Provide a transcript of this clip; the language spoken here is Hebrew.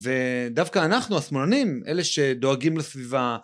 ודווקא אנחנו, השמאלנים, אלה שדואגים לסביבה.